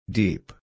deep